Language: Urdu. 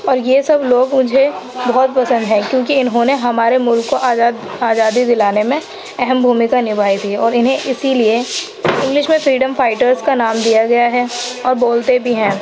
اور یہ سب لوگ مجھے بہت پسند ہیں کیوں کہ اِنہوں نے ہمارے مُلک کو آزاد آزادی دلانے میں اہم بھومیکا نبھائی تھی اور اِنہیں اِسی لیے انگلش میں فریڈم فائٹرس کا نام دیا گیا ہے اور بولتے بھی ہیں